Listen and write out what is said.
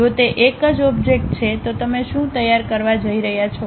જો તે એક જ ઓબ્જેક્ટ છે તો તમે શું તૈયાર કરવા જઇ રહ્યા છો